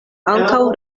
ankaŭ